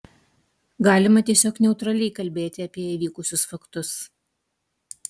galima tiesiog neutraliai kalbėti apie įvykusius faktus